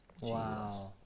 Wow